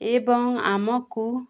ଏବଂ ଆମକୁ